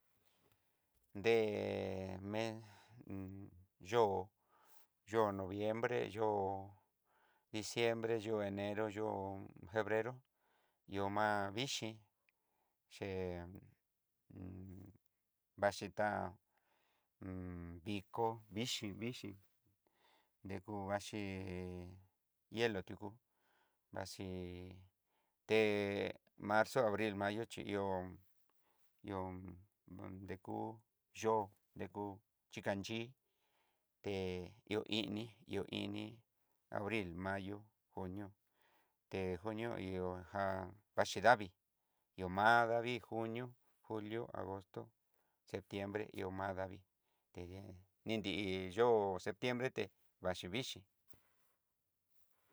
Nre men yo'o noviembre yo'o diciembre, yo'o enero, yo'o febrero, ihó ma'a vixhii ché vaxhitan vikoo viko vixhii, vixhiii, ndekú vaxhii ihelo tuyu vaxhii té marzo, abril, mayo xhi ihó, ihó dekú yó dekú xhikanchi té ihó ini ihó ini abril, mayo, junio té junio ihó já jaxhi davii ihó ma'a davii junio, julio, agosto, septiembre ihó ma'a davii, té ni nri yo'o septiembre té vaxhi vixhii.